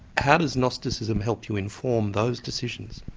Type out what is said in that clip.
how does gnosticism help you inform those decisions?